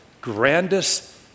grandest